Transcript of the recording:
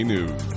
News